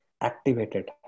activated